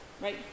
right